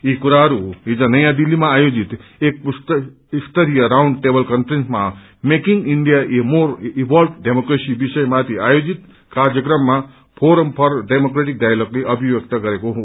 यी कुराहरू हिज नयाँ दिल्लीमा आयोजित एक उच्च स्तरीय राउण्ड टेबल कन्फ्रेन्समा मेकिंग इण्डिया एक मोर इभल्वड डेमोक्रेसी विषयमाथि आयोजित कार्यक्रममा फोरम फर डेमोकेटिक डायलगले अभिव्यक्ति गरेको हो